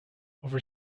over